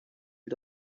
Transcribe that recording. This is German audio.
wie